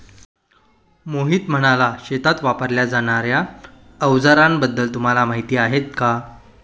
मोहित म्हणाला, शेतीत वापरल्या जाणार्या अवजारांबद्दल तुम्हाला माहिती आहे का?